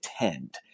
attend